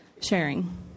sharing